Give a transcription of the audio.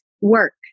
work